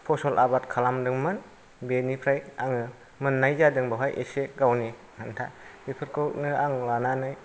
फसल आबाद खालामदोंमोन बेनिफ्राय आङो मोननाय जादों बेवाहाय एसे गावनि आन्था बेफोरखौनो आं लानानै